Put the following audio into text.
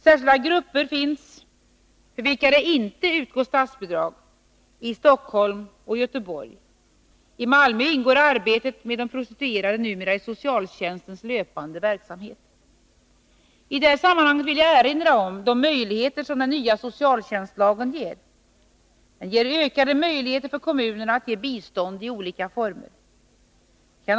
Särskilda grupper, för vilka det inte utgår statsbidrag, finns i dag i Stockholm och Göteborg. I Malmö ingår arbetet med de prostituerade numera i socialtjänstens löpande verksamhet. I detta sammanhang vill jag erinra om de möjligheter som den nya socialtjänstlagen ger. Lagen skapar ökade möjligheter för kommunerna att ge bistånd i olika former.